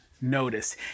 notice